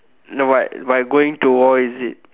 now what by going to war is it